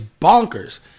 bonkers